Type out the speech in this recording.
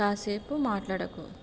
కాసేపు మాట్లాడకు